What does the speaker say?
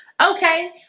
Okay